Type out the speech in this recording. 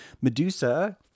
Medusa